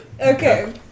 Okay